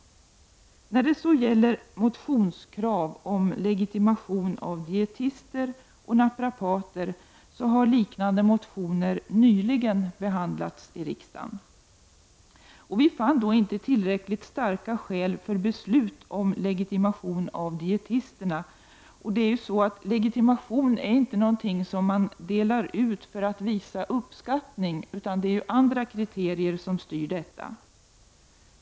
Apropå de motionskrav om legitimation för dietister och naprapater som nu föreligger, har liknande motioner nyligen behandlats i riksdagen. Vi fann då inte tillräckligt starka skäl för beslut om legitimation av dietisterna. Legitimation är inte någonting som man delar ut för att visa uppskattning, utan det är andra kriterier som styr detta.